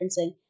referencing